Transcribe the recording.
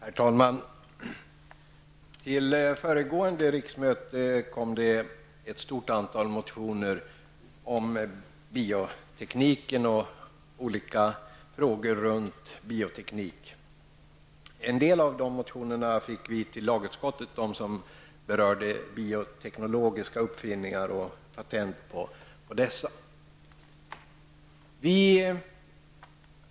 Herr talman! Till föregående riksmöte väcktes det ett stort antal motioner om bioteknik och frågor som har med bioteknik att göra. En del av dessa motioner remitterades till lagutskottet, nämligen de motioner som berör bioteknologiska uppfinningar och patent på dessa.